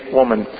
woman